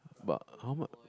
but how much